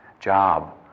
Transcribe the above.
job